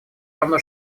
равно